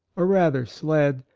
or rather sled,